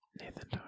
Nathan